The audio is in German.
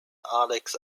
alex